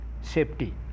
safety